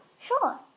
Sure